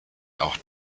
auch